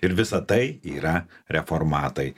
ir visa tai yra reformatai